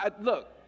Look